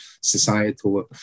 societal